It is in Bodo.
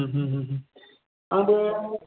आंबो